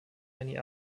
many